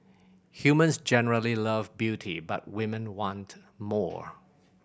humans generally love beauty but women want more